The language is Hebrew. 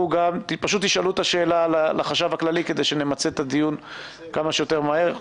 פשוט תשאלו את החשב הכללי שאלה כדי שנמצה את הדיון כמה שיותר מהר.